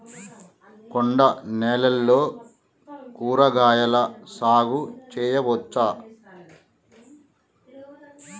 కొండ నేలల్లో కూరగాయల సాగు చేయచ్చా?